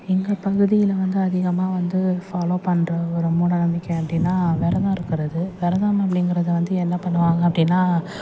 எங்கள் பகுதியில் வந்து அதிகமாக வந்து ஃபாலோ பண்ணுற ஒரு மூட நம்பிக்கை அப்படின்னா விரதம் இருக்கிறது விரதம் அப்டிங்கிறது வந்து என்ன பண்ணுவாங்க அப்படின்னா